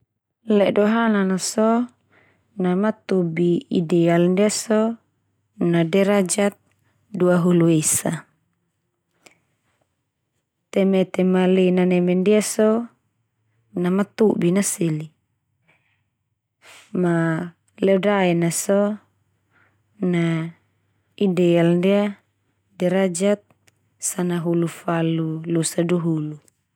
Ledohanan a so na matobi ideal ndia so na derajat duahulu esa, te mete ma lena neme ndia so na matobin na seli. Ma leodaen na so na ideal ndia derajat sanahulufalu losa duhulu.